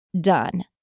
done